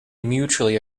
mutually